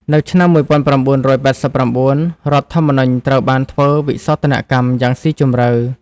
នៅឆ្នាំ ១៩៨៩ រដ្ឋធម្មនុញ្ញត្រូវបានធ្វើវិសោធនកម្មយ៉ាងស៊ីជម្រៅ។